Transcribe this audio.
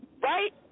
Right